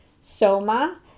Soma